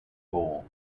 goal